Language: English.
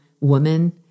woman